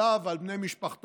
עליו ועל בני משפחתו.